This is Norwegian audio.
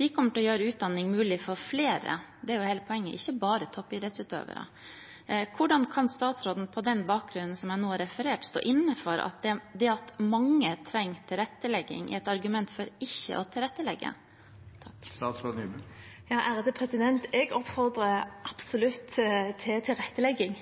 De kommer til å gjøre utdanning mulig for flere – det er jo hele poenget – ikke bare toppidrettsutøvere. Hvordan kan statsråden på den bakgrunn som jeg nå refererte, stå inne for at det at mange trenger tilrettelegging, er et argument for ikke å tilrettelegge? Jeg oppfordrer absolutt til tilrettelegging.